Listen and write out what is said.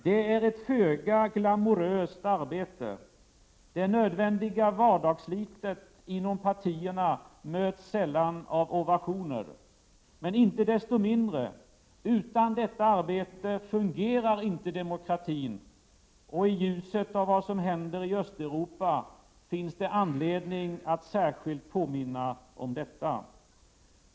Det är ett föga glamoröst arbete. Det nödvändiga vardagsslitet inom partierna möts sällan av ovationer. Men icke desto mindre — utan detta fungerar inte demokratin. I ljuset av vad som händer i Östeuropa finns det anledning att särskilt påminna om det.